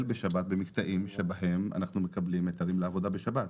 במקטעים שבהם אנחנו מקבלים היתרים לעבודה בשבת.